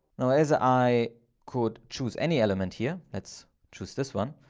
now as ah i could choose any element here, let's choose this one,